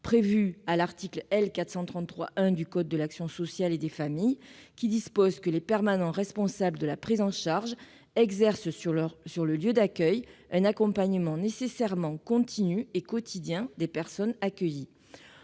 prévu à l'article L. 433-1 du code de l'action sociale et des familles, aux termes duquel les permanents responsables de la prise en charge exercent sur le lieu d'accueil un accompagnement nécessairement continu et quotidien des personnes accueillies.